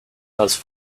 those